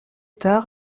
tard